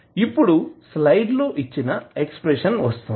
ఇప్పుడు స్లైడ్ లో ఇచ్చిన ఎక్స్ప్రెషన్ వస్తుంది